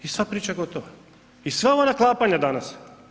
I sva priča gotova i sva ova naklapanja danas.